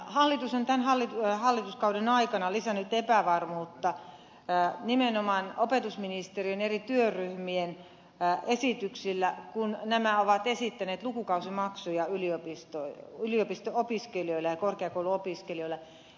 hallitus on tämän hallituskauden aikana lisännyt epävarmuutta nimenomaan opetusministeriön eri työryhmien esityksillä kun nämä ovat esittäneet lukukausimaksuja yliopisto opiskelijoille ja korkeakouluopiskelijoille